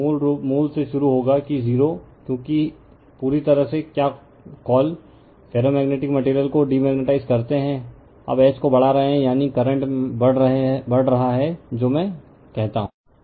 फिर मूल से शुरू होगा कि 0 क्योंकि है पूरी तरह से क्या कॉल फेरोमैग्नेटिक मटेरियल को डीमैग्नेटाइज करते हैं अब H को बढ़ा रहे हैं यानी करंट में बढ़ रहे हैं जो मैं कहता हूं